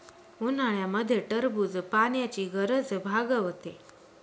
उन्हाळ्यामध्ये टरबूज पाण्याची गरज भागवते